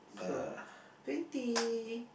so twenty